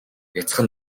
бяцхан